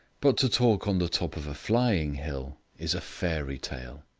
but to talk on the top of a flying hill is a fairy tale.